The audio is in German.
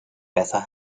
besser